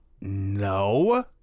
No